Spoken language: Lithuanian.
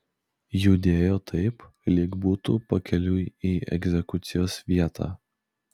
judėjo taip lyg būtų pakeliui į egzekucijos vietą